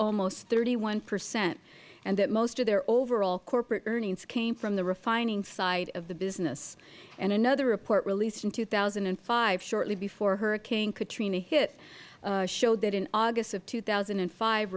almost thirty one percent and that most of their overall corporate earnings came from the refining side of the business and another report released in two thousand and five shortly before hurricane katrina hit showed that in august of two thousand and five